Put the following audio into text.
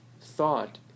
thought